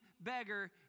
beggar